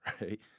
right